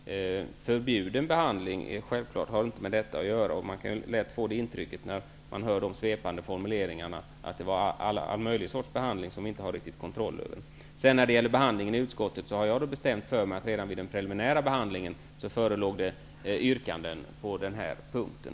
Förbjuden behandling har självfallet inte med detta att göra. Man kan lätt få det intrycket när man hör Yvonne Sandberg-Fries svepande formuleringar om att det förekommer all möjlig sorts behandling som man inte riktigt har kontroll över. När det sedan gäller behandlingen i utskottet, har jag bestämt för mig att det redan vid den preliminära behandlingen förelåg yrkanden på den här punkten.